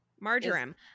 Marjoram